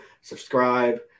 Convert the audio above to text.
subscribe